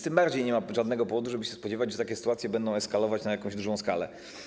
Tym bardziej więc nie ma żadnego powodu, żeby się spodziewać, że takie sytuacje będą eskalować na jakąś dużą skalę.